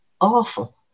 awful